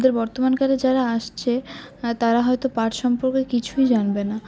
আমাদের বর্তমানকালে যারা আসছে তারা হয়তো পাট সম্পর্কে কিছুই জানবে না